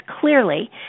clearly